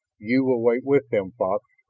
you will wait with them, fox,